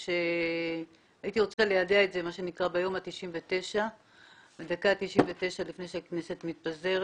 והייתי רוצה ליידע על זה בדקה ה-99 לפני שהכנסת מתפזרת.